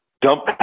dump